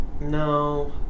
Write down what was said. No